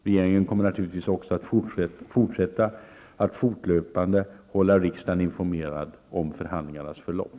Regeringen kommer naturligtvis också att fortsätta att fortlöpande hålla riksdagen informerad om förhandlingarnas förlopp.